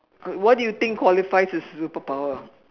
what do you think qualifies as superpower